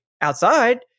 outside